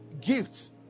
Gifts